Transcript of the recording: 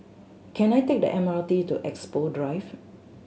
can I take the M R T to Expo Drive